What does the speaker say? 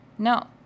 No